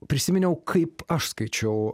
prisiminiau kaip aš skaičiau